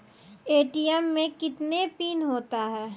ATM मे कितने pin होता हैं?